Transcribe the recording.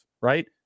right